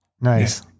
Nice